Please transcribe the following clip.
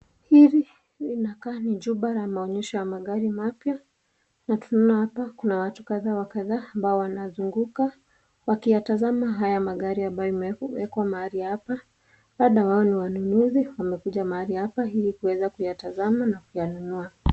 Hili linakaa ni jumba la maonyesho la magari mapya na tunaona hapa kuna watu kadha wa kadha ambao wanazunguka wakiyatazama haya magari ambayo yamewekwa mahali hapa, labda wao ni wanunuzi wamekuja mahali hapa ili kuweza kuyatazama na kuyanunua.